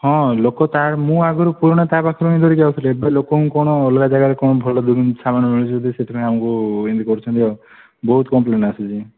ହଁ ଲୋକ ତାର ମୁଁ ଆଗରୁ ପୁରୁଣା ତା ପାଖରୁ ହିଁ ଧରିଯାଉଥିଲି ଏବେ ଲୋକଙ୍କୁ କ'ଣ ଅଲଗା ଜାଗାରେ କ'ଣ ଭଲ ମିଳୁଛି ସେଥିପାଇଁ ଆମକୁ ଏମିତି କରୁଛନ୍ତି ଆଉ ବହୁତ କମ୍ପ୍ଲେନ୍ ଆସୁଛି